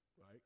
right